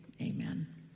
amen